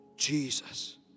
Jesus